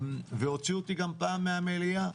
והוציאו אותי גם פעם מהמליאה,